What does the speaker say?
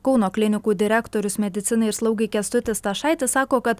kauno klinikų direktorius medicinai ir slaugai kęstutis stašaitis sako kad